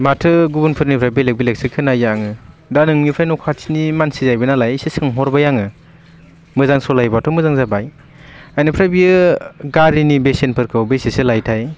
माथो गुबुनफोरनिफ्राइ बेलेक बेलेकसो खोनायो आङो दा नोंनिफ्राइ न' खाथिनि मानसि जाहैबाय नालाय एसे सोंहरबाय आङो मोजां सलायोबाथ' मोजां जाबाय एनिफ्राइ बेयो गारिनि बेसेनफोरखौ बेसेसो लायोथाय